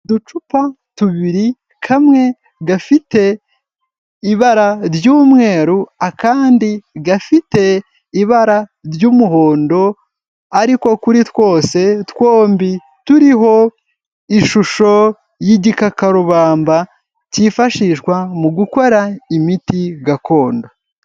Uducupa tubiri kamwe gafite ibara ry'umweru, akandi gafite ibara ry'umuhondo, ariko kuri twose twombi turiho ishusho y'igikakarubamba, cyifashishwa mu gukora imiti gakondo.